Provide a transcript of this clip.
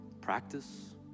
practice